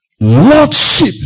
lordship